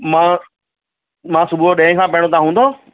मां मां सुबुह जो ॾहें खां पहिरियों तव्हां हूंदव